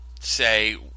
say